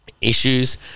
issues